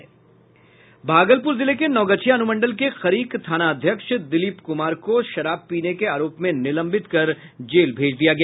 भागलपुर जिले के नवगछिया अनुमंडल के खरीक थानाध्यक्ष दिलीप कुमार को शराब पीने के आरोप में निलंबित कर जेल भेज दिया गया